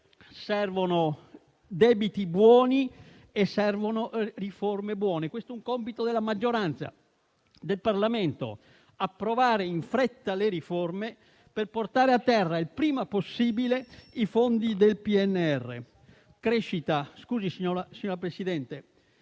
servono debiti buoni e riforme buone. Questo è compito della maggioranza, del Parlamento: approvare in fretta le riforme per portare a terra il prima possibile i fondi del PNRR. Signora Presidente,